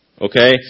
Okay